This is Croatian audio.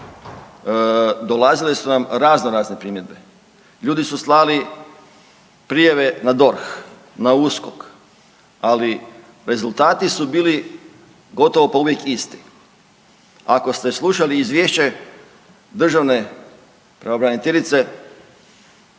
dolazile su nam raznorazne primjedbe, ljudi su slali prijave na DORH, na USKOK, ali rezultati su bili gotovo pa uvijek isti. Ako ste slušali izvješće državne pravobraniteljice